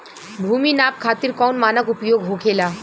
भूमि नाप खातिर कौन मानक उपयोग होखेला?